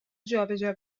جابجا